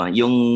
yung